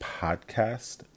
Podcast